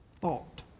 thought